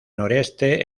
noreste